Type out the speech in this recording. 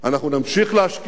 אנחנו נמשיך להשקיע,